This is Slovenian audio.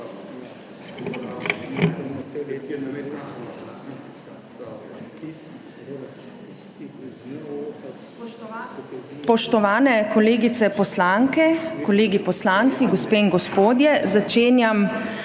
Spoštovani kolegice poslanke, kolegi poslanci, gospe in gospodje! Začenjam